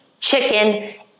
chicken